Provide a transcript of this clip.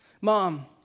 Mom